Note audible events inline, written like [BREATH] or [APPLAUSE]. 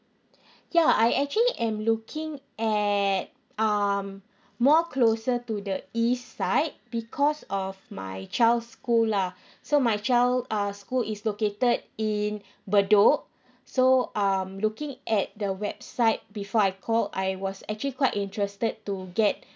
ya I actually am looking at um more closer to the east side because of my child school lah [BREATH] so my child uh school is located in bedok so um looking at the website before I called I was actually quite interested to get